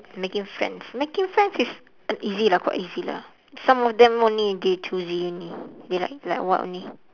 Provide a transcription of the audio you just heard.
making friends making friends is easy lah quite easy lah some of them only they choosy only they like like what only